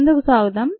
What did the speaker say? ముందుకు సాగుదాం